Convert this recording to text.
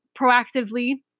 proactively